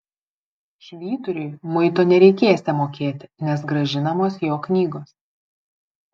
švyturiui muito nereikėsią mokėti nes grąžinamos jo knygos